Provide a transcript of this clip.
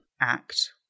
act